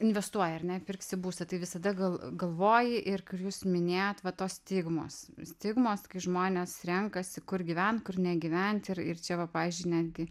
investuoji ar ne pirksi būstą tai visada gal galvoji ir kur jūs minėjot va tos stigmos stigmos kai žmonės renkasi kur gyvent kur negyvent ir ir čia va pavyzdžiui netgi